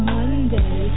Monday